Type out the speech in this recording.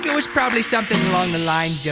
was probably something along the lines yeah